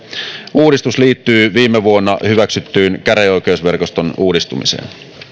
uudistus liittyy viime vuonna hyväksyttyyn käräjäoikeusverkoston uudistumiseen